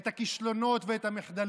את הכישלונות ואת המחדלים.